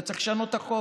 אתה צריך לשנות את החוק.